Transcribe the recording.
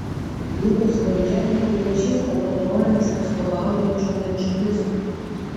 vietos valdžia nepripažįsta totoriams atstovaujančio medžliso